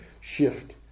shift